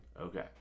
okay